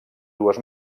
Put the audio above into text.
dues